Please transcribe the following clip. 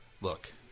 Look